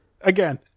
again